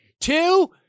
two